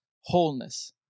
wholeness